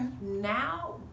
now